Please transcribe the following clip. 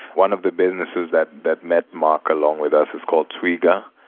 one of the businesses that that met mark along with us is called twiga,